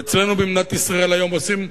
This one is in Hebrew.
ואצלנו במדינת ישראל היום עושים,